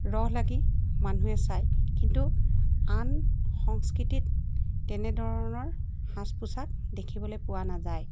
ৰ লাগি মানুহে চায় কিন্তু আন সংস্কৃতিত তেনেধৰণৰ সাজ পোছাক দেখিবলৈ পোৱা নাযায়